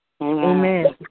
Amen